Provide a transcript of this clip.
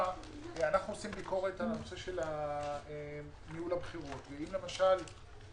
שזאת תהיה אמירה טובה אם כבוד המבקר יגיד את זה פה.